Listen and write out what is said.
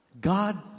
God